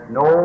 no